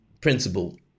principle